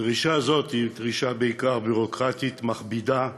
דרישה זאת היא דרישה בעיקר ביורוקרטית, מכבידה,